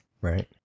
Right